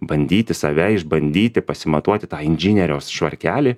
bandyti save išbandyti pasimatuoti tą inžinieriaus švarkelį